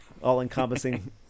All-encompassing